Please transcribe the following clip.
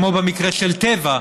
כמו במקרה של טבע,